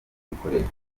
ibikoresho